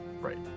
Right